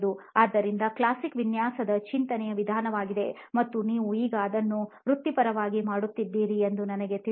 ಆದ್ದರಿಂದ ಕ್ಲಾಸಿಕ್ ವಿನ್ಯಾಸದ ಚಿಂತನೆಯ ವಿಧಾನವಾಗಿದೆ ಮತ್ತು ನೀವು ಈಗ ಅದನ್ನು ವೃತ್ತಿಪರವಾಗಿ ಮಾಡುತ್ತಿದ್ದೀರಿ ಎಂದು ನನಗೆ ತಿಳಿದಿದೆ